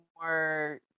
more